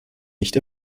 nicht